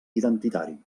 identitari